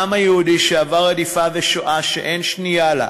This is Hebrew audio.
העם היהודי, שעבר רדיפה ושואה שאין שנייה לה,